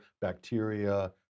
bacteria